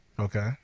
Okay